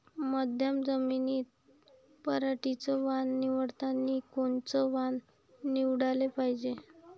मध्यम जमीनीत पराटीचं वान निवडतानी कोनचं वान निवडाले पायजे?